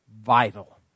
vital